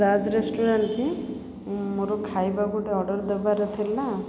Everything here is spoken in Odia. ରାଜ ରେଷ୍ଟୁରାଣ୍ଟ କି ମୋର ଖାଇବା ଗୋଟେ ଅର୍ଡ଼ର୍ ଦବାର ଥିଲା